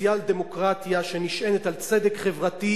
סוציאל-דמוקרטיה שנשענת על צדק חברתי,